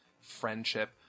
friendship